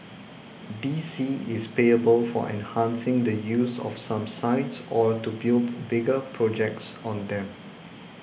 D C is payable for enhancing the use of some sites or to build bigger projects on them